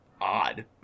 odd